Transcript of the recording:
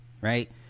right